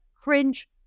Cringe